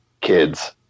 kids